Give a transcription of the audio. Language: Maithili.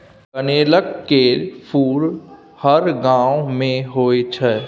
कनेलक केर फुल हर गांव मे होइ छै